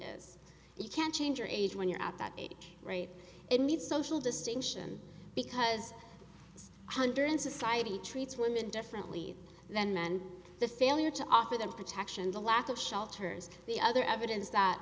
is you can't change your age when you're at that age it needs social distinction because hundred and society treats women differently than men the failure to offer them protection the lack of shelters the other evidence that